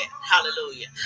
hallelujah